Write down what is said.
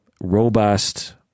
robust